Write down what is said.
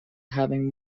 having